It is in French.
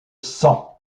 sang